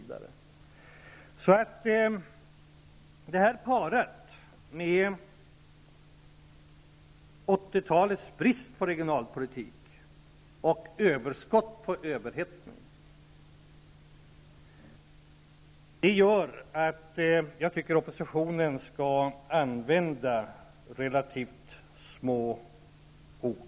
Detta parat med 80-talets brist på regionalpolitik, överskott och överhettning gör att jag tycker att att oppositionen skall använda relativt små ord.